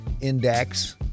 index